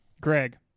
Greg